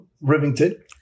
Rivington